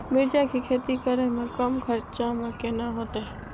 मिरचाय के खेती करे में कम खर्चा में केना होते?